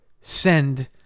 send